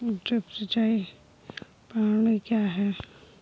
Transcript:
Drip सिंचाई प्रणाली क्या है?